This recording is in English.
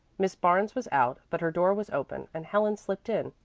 miss barnes was out, but her door was open and helen slipped in,